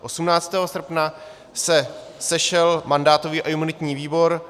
18. srpna se sešel mandátový a imunitní výbor.